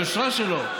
היושרה שלו,